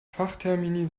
fachtermini